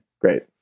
great